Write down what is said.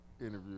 interview